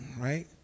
right